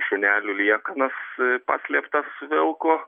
šunelių liekanas paslėptas vilko